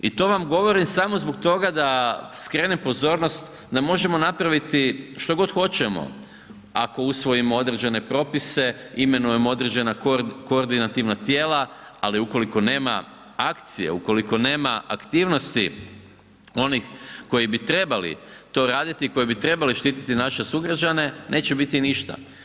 I to vam govorim samo zbog toga da skrenem pozornost da možemo napraviti što god hoćemo ako usvojimo određene propise, imenujemo određena koordinativna tijela, ali ukoliko nema akcije, ukoliko nema aktivnosti onih koji bi trebali to raditi i koji bi trebali štititi naše sugrađane neće biti ništa.